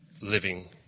living